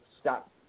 stop